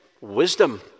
Wisdom